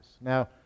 Now